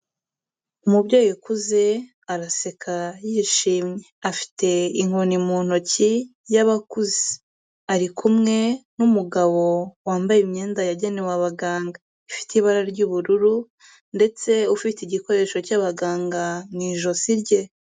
Umubyeyi ukuze araseka yishimye, afite inkoni mu ntoki y'abakuze, ari kumwe n'umugabo wambaye imyenda yagenewe abaganga ifite ibara ry'ubururu, ndetse ufite igikoresho cy'abaganga mu ijosi rye.